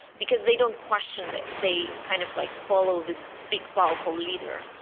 because they don't question this. they kind of like follow the big powerful leader.